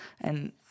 And-